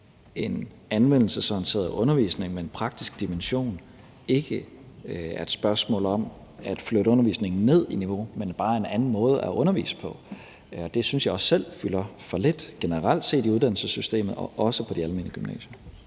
en anvendelsesorienteret undervisning med en praktisk dimension ikke er et spørgsmål om at flytte undervisningen ned i niveau, men bare er en anden måde at undervise på. Det synes jeg også selv fylder for lidt generelt set i uddannelsessystemet og også på de almene gymnasier.